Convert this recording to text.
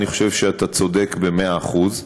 אני חושב שאתה צודק במאה אחוז.